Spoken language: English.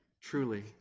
truly